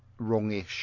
wrongish